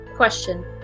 Question